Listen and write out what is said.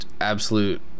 absolute